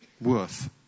worth